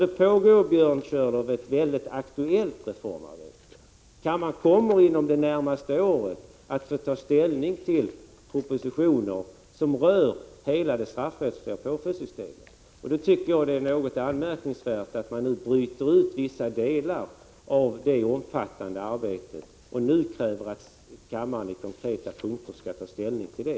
Det pågår, Björn Körlof, ett mycket aktuellt reformarbete. Kammaren kommer inom det närmaste året att få ta ställning till propositioner som rör hela det straffrättsliga påföljdssystemet. Därför tycker jag att det är anmärkningsvärt att man nu bryter ut vissa delar av det omfattande arbetet och kräver att kammaren skall ta ställning på konkreta punkter — utan att vi har kunnat se helheten.